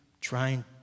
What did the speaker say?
trying